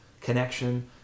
connection